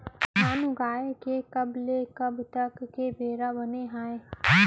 धान उगाए के कब ले कब तक के बेरा बने हावय?